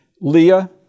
Leah